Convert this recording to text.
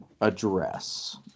address